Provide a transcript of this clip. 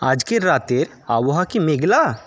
আজকে রাতের আবহাওয়া কি মেঘলা